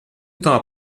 temps